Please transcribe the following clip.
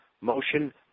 motion